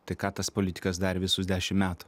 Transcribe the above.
tai ką tas politikas dar visus dešim metų